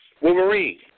Wolverine